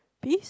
peas